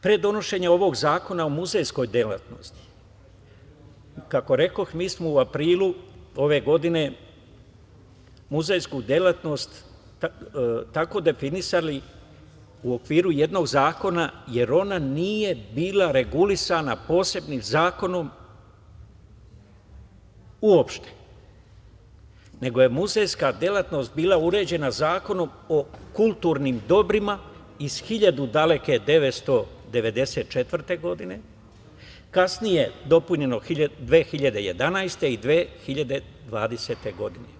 Pre donošenja ovog Zakona o muzejskoj delatnosti, kako rekoh, mi smo u aprilu ove godine muzejsku delatnost tako definisali u okviru jednog zakona jer ona nije bila regulisana posebnim zakonom uopšte, nego je muzejska delatnosti bila uređena Zakonom o kulturnim dobrima iz 1994. godine, kasnije dopunjeno 2011. godine i 2020. godine.